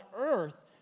earth